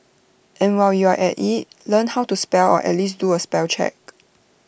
and while you're at IT learn how to spell or at least do A spell check